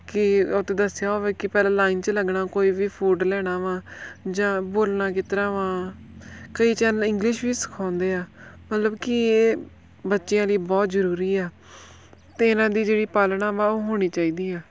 ਕਿ ਉਹ 'ਤੇ ਦੱਸਿਆ ਹੋਵੇ ਕਿ ਪਹਿਲਾਂ ਲਾਈਨ 'ਚ ਲੱਗਣਾ ਕੋਈ ਵੀ ਫੂਡ ਲੈਣਾ ਵਾ ਜਾਂ ਬੋਲਣਾ ਕਿਸ ਤਰ੍ਹਾਂ ਵਾ ਕਈ ਚੈਨਲ ਇੰਗਲਿਸ਼ ਵੀ ਸਿਖਾਉਂਦੇ ਆ ਮਤਲਬ ਕਿ ਇਹ ਬੱਚਿਆਂ ਲਈ ਬਹੁਤ ਜ਼ਰੂਰੀ ਆ ਅਤੇ ਇਹਨਾਂ ਦੀ ਜਿਹੜੀ ਪਾਲਣਾ ਵਾ ਉਹ ਹੋਣੀ ਚਾਹੀਦੀ ਆ